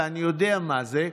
ואני יודע מה זה.